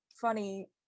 funny